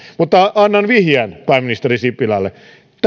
mutta annan vihjeen pääministeri sipilälle